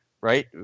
right